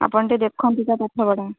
ଆପଣ ଟିକେ ଦେଖନ୍ତୁ ତା' ପାଠପଢ଼ା